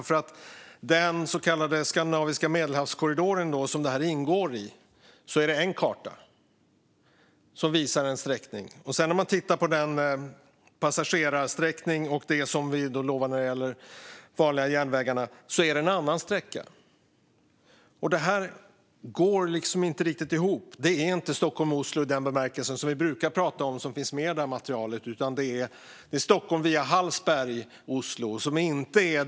För korridoren Skandinavien-Medelhavet, som detta ingår i, gäller en karta som visar en viss sträckning. Tittar man på passagerarsträckningen och det som vi lovar vad gäller de vanliga järnvägarna är det en annan sträcka. Det här går inte riktigt ihop. Det som finns i det här materialet är inte sträckan Stockholm-Oslo i den bemärkelse som vi brukar tala om, utan det är Stockholm via Hallsberg och vidare till Oslo.